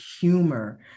humor